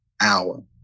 hour